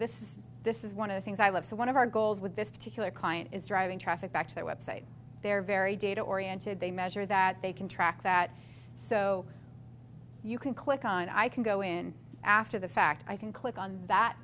this this is one of the things i love so one of our goals with this particular client is driving traffic back to their website their very data oriented they measure that they can track that so you can click on i can go in after the fact i can click on that